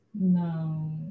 no